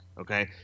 okay